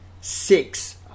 six